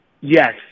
Yes